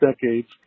decades